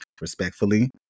respectfully